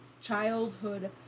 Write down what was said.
childhood